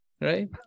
Right